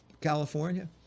California